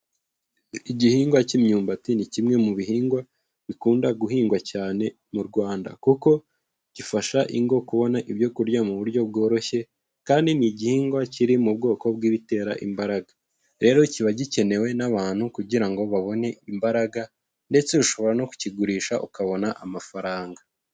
Igihingwa cy'imyumbati ni kimwe mu bihingwa bikunda guhingwa cyane mu Rwanda, kuko gifasha ingo kubona ibyo kurya mu buryo bworoshye, kandi ni igihingwa kiri mu bwoko bw'ibitera imbaraga, rero kiba gikenewe n'abantu kugira ngo babone imbaraga, ndetse ushobora no kukigurisha ukabona amafaranga.